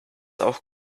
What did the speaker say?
auch